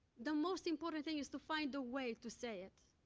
the most important thing is to find a way to say it,